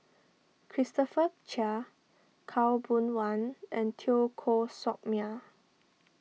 Christopher Chia Khaw Boon Wan and Teo Koh Sock Miang